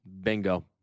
Bingo